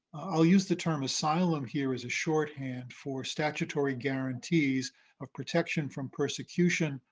i'll use the term asylum here as a shorthand for statutory guarantees of protection from persecution,